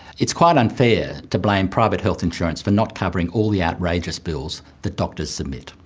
it's quite unfair to blame private health insurance for not covering all the outrageous bills that doctors submit.